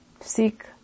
Seek